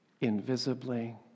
Invisibly